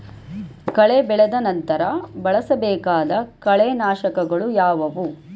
ಕಳೆ ಬೆಳೆದ ನಂತರ ಬಳಸಬೇಕಾದ ಕಳೆನಾಶಕಗಳು ಯಾವುವು?